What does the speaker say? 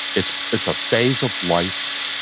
it's it's a phase of life.